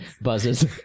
buzzes